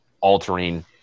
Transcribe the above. altering